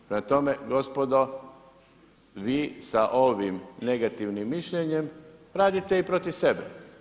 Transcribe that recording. Prema tome gospodo, vi sa ovim negativnim mišljenjem radite i protiv sebe.